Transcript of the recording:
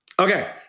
Okay